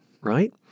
right